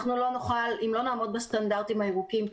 אם לא נעמוד בסטנדרטים הירוקים,